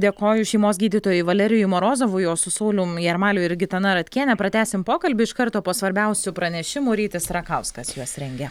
dėkoju šeimos gydytojui valerijui morozovui o su saulium jarmaliu ir gitana ratkiene pratęsim pokalbį iš karto po svarbiausių pranešimų rytis rakauskas juos rengia